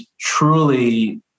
truly